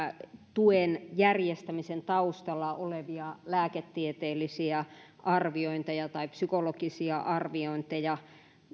tuen järjestämisen taustalla olevia lääketieteellisiä arviointeja tai psykologisia arviointeja